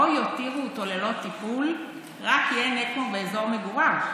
לא יותירו אותו ללא טיפול רק כי אין אקמו באזור מגוריו.